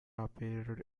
appeared